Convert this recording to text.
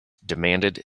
demanded